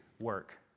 work